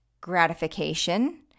gratification